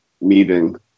meeting